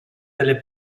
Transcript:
delle